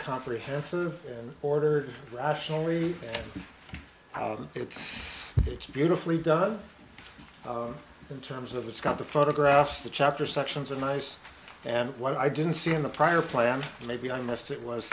comprehensive order rationally out it's it's beautifully done in terms of it's got the photographs the chapter sections are nice and what i didn't see in the prior plan maybe i missed it was